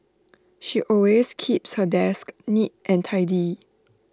she always keeps her desk neat and tidy